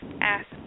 ask